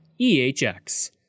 EHX